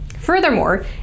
Furthermore